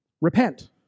Repent